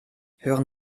hören